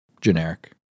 generic